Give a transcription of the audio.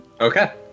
Okay